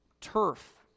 turf